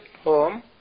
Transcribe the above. home